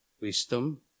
wisdom